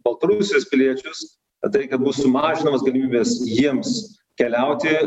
baltarusijos piliečius tai kad bus mažinamos galimybės jiems keliauti